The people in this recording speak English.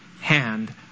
hand